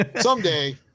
Someday